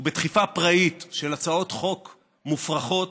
ובדחיפה פראית של הצעות חוק מופרכות